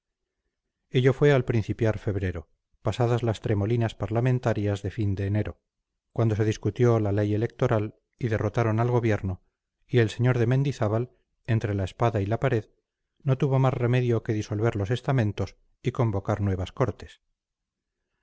ello fue al principiar febrero pasadas las tremolinas parlamentarias de fin de enero cuando se discutió la ley electoral y derrotaron al gobierno y el señor de mendizábal entre la espada y la pared no tuvo más remedio que disolver los estamentos y convocar nuevas cortes